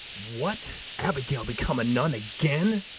what, abigail become a nun again!